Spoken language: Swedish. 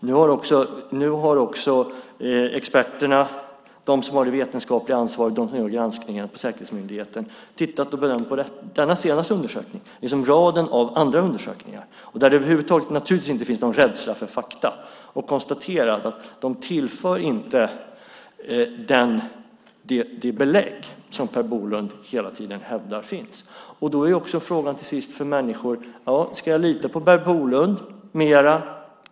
Nu har också experterna, de som har det vetenskapliga ansvaret för granskningen på säkerhetsmyndigheten, tittat på och bedömt den senaste undersökningen och raden av andra undersökningar, där det över huvud taget naturligtvis inte finns någon rädsla för fakta, och konstaterat att de inte tillför de belägg som Per Bolund hela tiden hävdar finns. Frågorna är till sist för människor: Ska jag lita mer på Per Bolund?